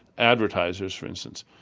advertisers for instance.